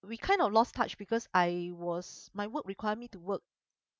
we kind of lost touch because I was my work required me to work